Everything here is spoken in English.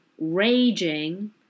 raging